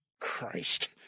Christ